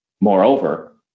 Moreover